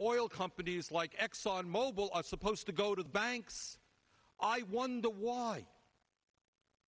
oil companies like exxon mobil are supposed to go to the banks i wonder why